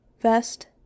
vest